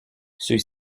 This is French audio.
ceux